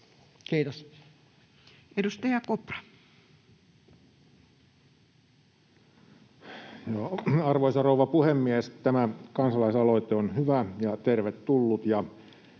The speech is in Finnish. Time: 20:35 Content: Arvoisa rouva puhemies! Tämä kansalaisaloite on hyvä ja tervetullut,